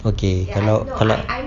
okay kalau kalau